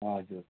हजुर